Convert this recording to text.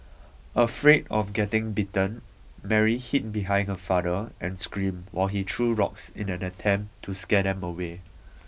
afraid of getting bitten Mary hid behind her father and screamed while he threw rocks in an attempt to scare them away